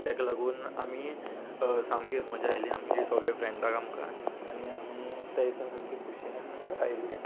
तेका लागून आमी सामकी मजा आयली आमगे सगळे फ्रेंडाक आमकां आनी आमी ते दिसा सारके खुशयेन घरा आयिल्ले